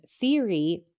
theory